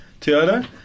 Toyota